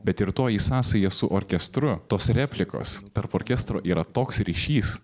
bet ir toji sąsaja su orkestru tos replikos tarp orkestro yra toks ryšys